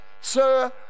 sir